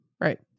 right